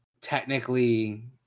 technically